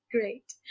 Great